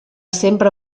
sempre